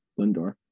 Lindor